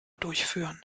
durchführen